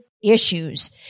Issues